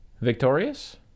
Victorious